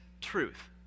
truth